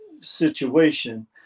situation